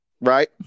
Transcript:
Right